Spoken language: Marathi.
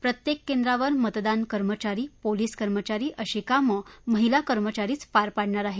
प्रत्येक केंद्रावर मतदान कर्मचारी पोलिस कर्मचारी अशी कामं महिला कर्मचारीच पार पाडणार आहेत